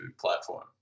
platform